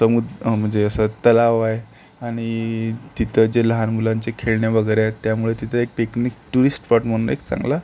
समु म्हणजे असं तलाव आहे आणि तिथं जे लहान मुलांचे खेळणे वगैरे आहेत त्यामुळे तिथे पिकनिक टुरिस्ट स्पॉट म्हणून एक चांगला